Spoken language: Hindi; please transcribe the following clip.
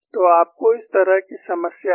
तो आपको इस तरह की समस्या है